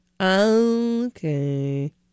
Okay